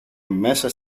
μέσα